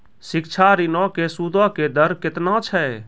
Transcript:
शिक्षा ऋणो के सूदो के दर केतना छै?